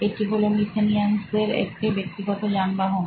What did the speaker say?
এটি হলো মিথেনিয়ান্সদের একটি ব্যক্তিগত যানবাহন